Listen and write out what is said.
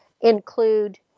include